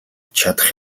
чадах